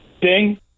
Ding